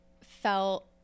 felt